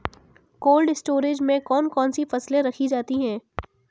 Cold storage में कौन कौन सी फसलें रखी जाती हैं?